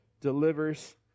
delivers